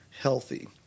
healthy